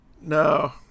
No